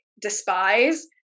despise